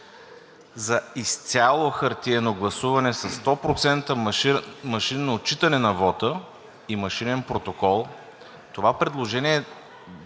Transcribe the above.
за изцяло хартиено гласуване със 100% машинно отчитане на вота и машинен протокол – това предложение да